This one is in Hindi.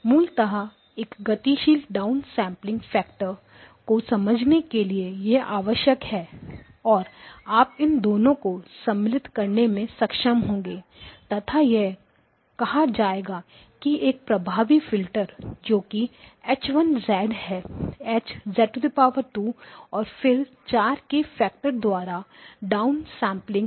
मूलतः एक गतिशील डाउनसेंपलिंग फ़ैक्टर को समझने के लिए यह आवश्यक है और आप इन दोनों को सम्मिलित करने में सक्षम होंगे तथा यह कहा जाएगा कि एक प्रभावी फिल्टर जोकि H 1 है H और फिर 4 के फैक्टर द्वारा डा उन सैंपलिंग है